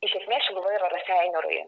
iš esmės šiluva yra raseinių rajone